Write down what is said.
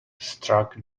struck